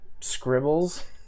scribbles